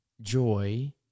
joy